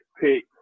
pick